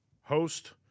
host